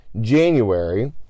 January